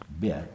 bit